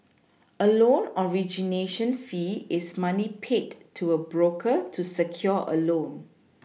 a loan origination fee is money paid to a broker to secure a loan